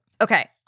Okay